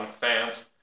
fans